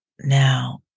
now